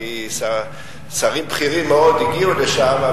כי שרים בכירים מאוד הגיעו לשם.